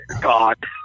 god